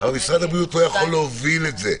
אבל משרד הבריאות לא יכול להוביל את זה,